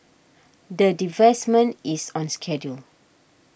the divestment is on schedule